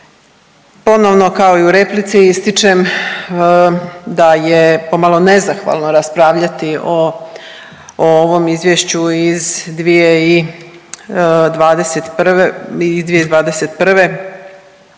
Ponovno kao i u replici ističem da je pomalo nezahvalno raspravljati o ovom izvješću iz 2021.,